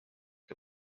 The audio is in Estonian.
kui